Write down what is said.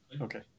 Okay